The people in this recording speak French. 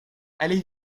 allez